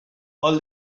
all